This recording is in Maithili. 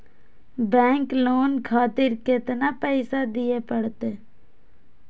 बैंक लोन खातीर केतना पैसा दीये परतें?